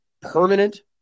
permanent